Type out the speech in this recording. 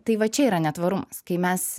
tai va čia yra ne tvarumas kai mes